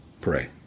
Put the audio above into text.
Pray